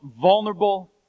vulnerable